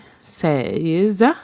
says